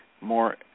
more